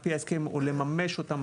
או לממש אותן,